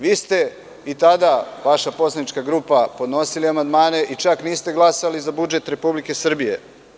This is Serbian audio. Vi ste i tada, odnosno vaša poslanička grupa je podnosila amandmane i čak niste glasali za budžet Republike Srbije.